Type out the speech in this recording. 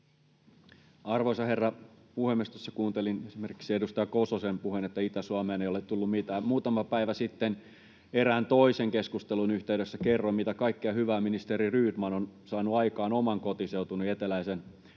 Arvoisa herra puhemies! Tuossa kuuntelin esimerkiksi edustaja Kososen puheen, että Itä-Suomeen ei ole tullut mitään. Muutama päivä sitten erään toisen keskustelun yhteydessä kerroin, mitä kaikkea hyvää ministeri Rydman on saanut aikaan oman kotiseutuni, eteläisen Kymenlaakson,